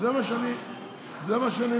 אני עכשיו משכנע אותו,